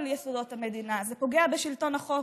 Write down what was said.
יסודות המדינה: זה פוגע בשלטון החוק,